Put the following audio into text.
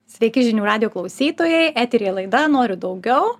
sveiki žinių radijo klausytojai eteryje laida noriu daugiau